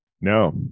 No